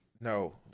no